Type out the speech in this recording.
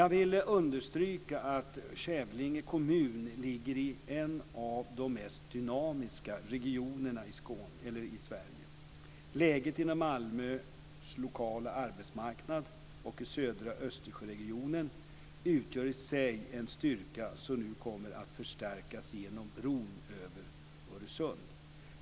Jag vill understryka att Kävlinge kommun ligger i en av de mest dynamiska regionerna i Sverige. Läget inom Malmös lokala arbetsmarknad och i södra Östersjöregionen utgör i sig en styrka som nu kommer att förstärkas genom bron över Öresund.